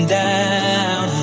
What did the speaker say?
down